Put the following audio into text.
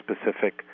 specific